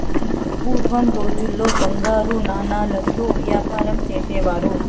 పూర్వం రోజుల్లో బంగారు నాణాలతో యాపారం చేసేవారు